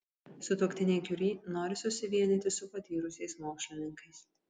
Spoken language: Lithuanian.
sutuoktiniai kiuri nori susivienyti su patyrusiais mokslininkais